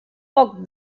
poc